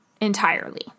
entirely